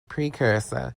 precursor